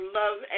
love